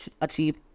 achieve